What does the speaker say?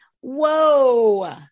Whoa